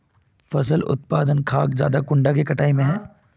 फसल उत्पादन खाद ज्यादा कुंडा के कटाई में है?